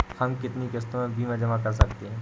हम कितनी किश्तों में बीमा जमा कर सकते हैं?